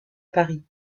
paris